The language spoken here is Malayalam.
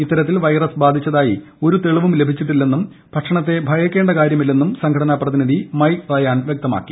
ഇത്തരത്തിൽ വൈറസ് ബാധിക്കുന്നതായി ഒരു തെളിവും ലഭിച്ചിട്ടില്ലെന്നും ഭക്ഷണത്തെ ഭയക്കേണ്ട കാര്യമില്ലെന്നും സംഘടനാ പ്രതിനിധി മൈക് റയാൻ വ്യക്തമാക്കി